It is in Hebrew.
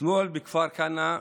אתמול בכפר כנא,